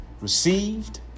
received